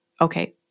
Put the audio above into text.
okay